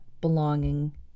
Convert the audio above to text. belonging